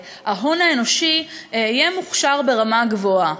שההון האנושי יהיה מוכשר ברמה גבוהה.